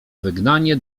wygnanie